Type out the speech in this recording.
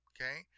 Okay